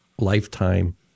lifetime